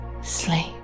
sleep